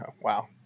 Wow